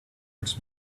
its